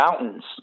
mountains